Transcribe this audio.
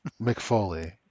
McFoley